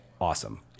awesome